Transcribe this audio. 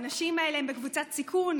האנשים האלה הם בקבוצת סיכון,